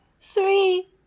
three